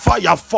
Fire